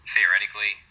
Theoretically